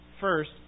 First